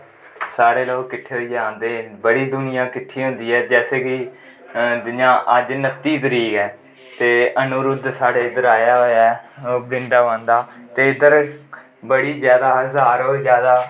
सारे लोक किट्ठे होई आंदे बड़ी दुनियां किट्ठी होंदी ऐ जेसे कि जि'यां अज्ज नत्ती तरीक ऐ ते अनीरुद्ध साढ़े इद्धर आए होआ ऐ बृदाबन दा ते इद्धर बड़ी जैदा हाजरी जैदा